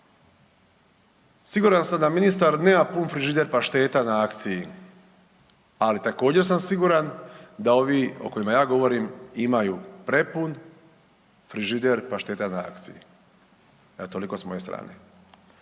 Siguran sam da ministar nema pun frižider pašteta na akciji, ali također sam siguran da ovi o kojima ja govorim imaju prepun frižider pašteta na akciji. Evo toliko s moje strane.